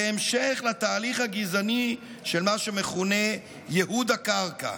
כהמשך לתהליך הגזעני של מה שמכונה ייהוד הקרקע,